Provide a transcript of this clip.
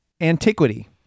antiquity